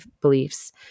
beliefs